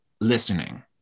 listening